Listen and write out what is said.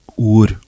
Ur